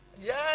Yes